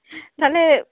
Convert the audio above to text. ᱛᱟᱞᱦᱮ